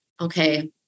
okay